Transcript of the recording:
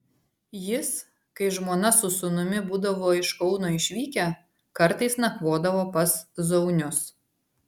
jis kai žmona su sūnumi būdavo iš kauno išvykę kartais nakvodavo pas zaunius